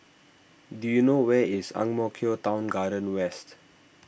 do you know where is Ang Mo Kio Town Garden West